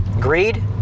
Greed